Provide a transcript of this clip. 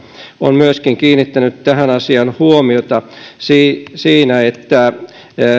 on myöskin kiinnittänyt tähän asiaan huomiota siinä